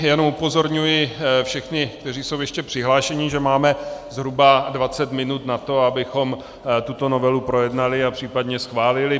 Jen upozorňuji všechny, kteří jsou ještě přihlášeni, že máme zhruba 20 minut na to, abychom tuto novelu projednali a případně schválili.